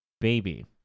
baby